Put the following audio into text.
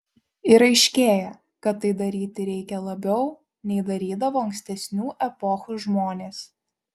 ir aiškėja kad tai daryti reikia labiau nei darydavo ankstesnių epochų žmonės